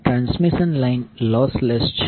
transmission line lossless છે